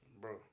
Bro